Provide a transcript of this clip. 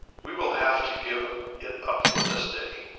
we will have to give it up for this day,